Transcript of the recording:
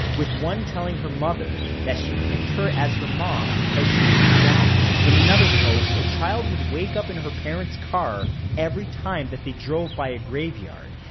with one telling her mother that she picked her as her mom because she was sad. in another post, a child would wake up in her parents' car every time that they drove by a graveyard,